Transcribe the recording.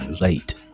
late